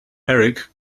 eric